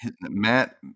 Matt